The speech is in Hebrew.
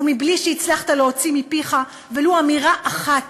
ומבלי שהצלחת להוציא מפיך ולו אמירה אחת